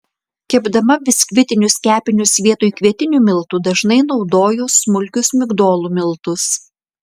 kepdama biskvitinius kepinius vietoj kvietinių miltų dažnai naudoju smulkius migdolų miltus